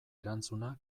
erantzuna